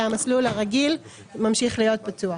שהמסלול הרגיל ממשיך להיות פתוח.